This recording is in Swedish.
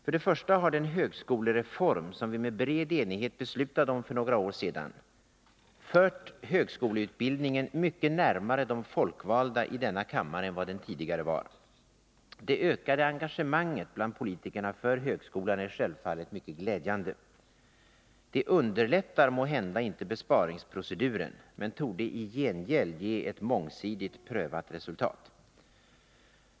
För det första har den högskolereform som vi med bred enighet beslutade om för några år sedan fört högskoleutbildningen mycket närmare de folkvalda i denna kammare än vad den tidigare var. Det ökade engagemanget bland politikerna för högskolan är självfallet mycket glädjande. Det underlättar måhända inte besparingsproceduren men torde i gengäld ge ett mångsidigt prövat resultat.